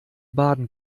baden